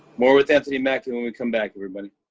more with anthony mackie when we come back, everybody.